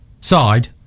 side